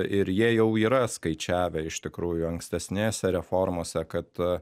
ir jie jau yra skaičiavę iš tikrųjų ankstesnėse reformose kad